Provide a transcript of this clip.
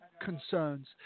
concerns